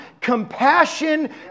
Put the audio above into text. compassion